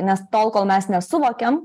nes tol kol mes nesuvokiam